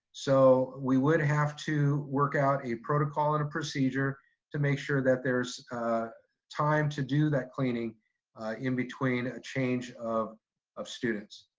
so we would have to work out a protocol and a procedure to make sure that there's a time to do that cleaning in between a change of of students.